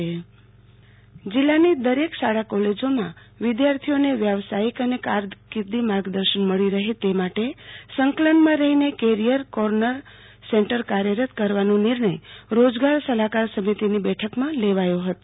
આરતી ભટ્ટ જિલ્લા career corner centre જિલ્લાની દરેક શાળા કોલેજોમાં વિદ્યાર્થીઓને વ્યવસાયિક અને કારકિર્દી માર્ગદર્શન મળી રહે તે માટે સંકલનમાં રહીને કેરીયર કોર્નર સેન્ટર કાર્યરત કરવાનો નિર્ણય રોજગાર સલાહકાર સમિતિની બેઠકમાં લેવાયો હતો